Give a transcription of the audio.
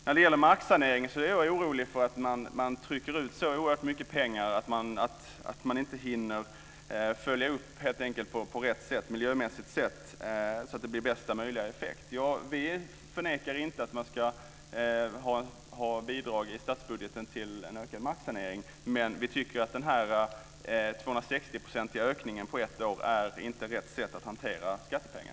När det gäller marksaneringen är jag orolig för att man trycker ut så oerhört mycket pengar att man inte hinner följa upp saneringen så att den miljömässigt ger bästa möjliga effekt. Vi förnekar inte att man över statsbudgeten ska ge bidrag till en ökad marksanering, men vi tycker att en 260-procentig ökning på ett år inte är rätt sätt att använda skattepengar.